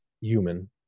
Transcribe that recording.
human